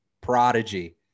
prodigy